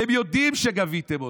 אתם יודעים שגביתם עודף,